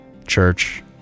church